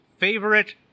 favorite